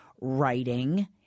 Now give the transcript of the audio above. writing